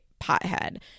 Pothead